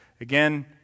Again